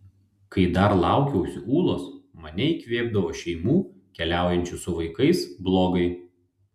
kai dar laukiausi ūlos mane įkvėpdavo šeimų keliaujančių su vaikais blogai